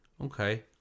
Okay